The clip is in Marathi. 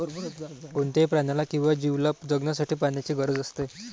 कोणत्याही प्राण्याला किंवा जीवला जगण्यासाठी पाण्याची गरज असते